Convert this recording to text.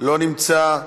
לא נמצא,